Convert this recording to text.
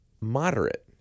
moderate